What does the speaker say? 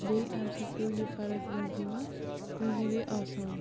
بیٚیہِ اَمہِ سۭتۍ پیٚو یہِ فرق زِندگی منٛز زندگی گٔے آسان